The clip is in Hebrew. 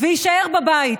ויישאר בבית,